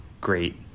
great